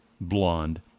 blonde